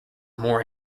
more